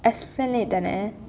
esplanade